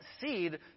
seed